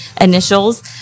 initials